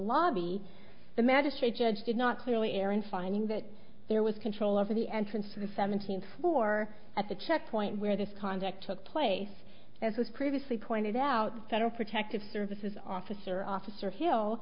lobby the magistrate judge did not clearly aaron finding that there was control over the entrance to the seventeenth floor at the checkpoint where this conduct took place as was previously pointed out federal protective services officer officer hill